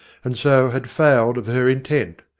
and so had failed of her intent.